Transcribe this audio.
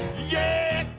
yeah